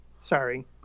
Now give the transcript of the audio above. Sorry